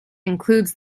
includes